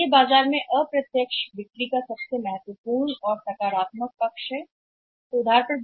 इसलिए यह अप्रत्यक्ष बिक्री के सकारात्मक बिंदु के रूप में बहुत महत्वपूर्ण है बाजार